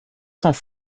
cents